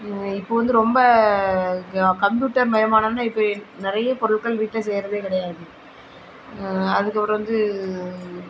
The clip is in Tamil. அவங்க இப்போ வந்து ரொம்ப கம்ப்யூட்டர் மயம் ஆனோன்ன இப்போ நிறைய பொருட்கள் வீட்டில் செய்கிறதே கிடையாது அதுக்கு அப்புறம் வந்து